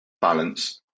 balance